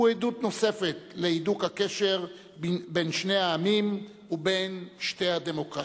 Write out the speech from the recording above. הוא עדות נוספת להידוק הקשר בין שני העמים ובין שתי הדמוקרטיות.